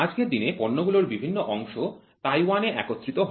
আজকের দিনে পণ্যগুলোর বিভিন্ন অংশ তাইওয়ানে একত্রিত হয়